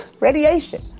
Radiation